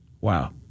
Wow